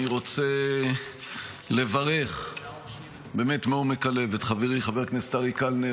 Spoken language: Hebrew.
אני רוצה לברך מעומק הלב את חברי חבר הכנסת אריאל קלנר